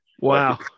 Wow